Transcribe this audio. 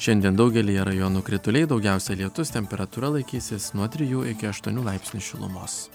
šiandien daugelyje rajonų krituliai daugiausia lietus temperatūra laikysis nuo trijų iki aštuonių laipsnių šilumos